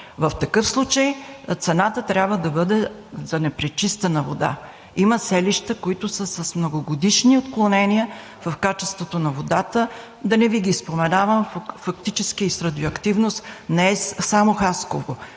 В такъв случай цената трябва да бъде за непречистена вода. Има селища, които са с многогодишни отклонения в качеството на водата – да не Ви ги споменавам. Фактически с радиоактивност не е само Хасково,